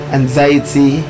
anxiety